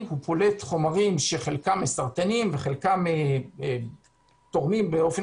הוא פולט חומרים שחלקם מסרטנים וחלקם תורמים באופן